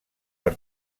per